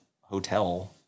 hotel